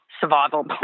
survival